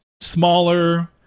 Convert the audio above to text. smaller